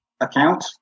account